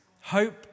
Hope